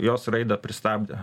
jos raidą pristabdė